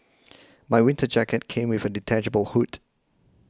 my winter jacket came with a detachable hood